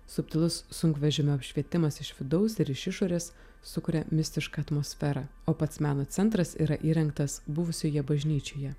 subtilus sunkvežimio apšvietimas iš vidaus ir iš išorės sukuria mistišką atmosferą o pats meno centras yra įrengtas buvusioje bažnyčioje